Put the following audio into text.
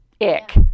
ick